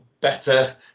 better